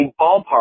ballpark